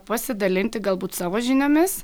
pasidalinti galbūt savo žiniomis